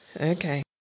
Okay